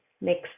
next